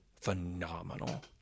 phenomenal